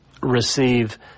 receive